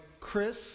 Chris